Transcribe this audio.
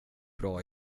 bra